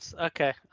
okay